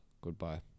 goodbye